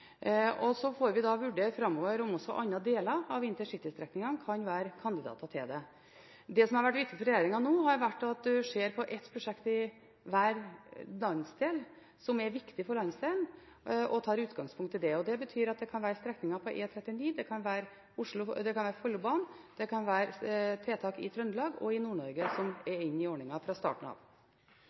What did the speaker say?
Så får vi framover vurdere om også andre deler av intercitystrekningene kan være kandidater til denne. Det som har vært viktig for regjeringen, er at man i hver landsdel ser på ett prosjekt som er viktig for landsdelen, og tar utgangspunkt i det. Det betyr at det kan være strekninger på E39, det kan være Follobanen, og det kan være tiltak i Trøndelag og i Nord-Norge som fra starten av er inne i